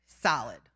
solid